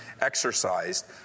exercised